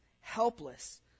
Helpless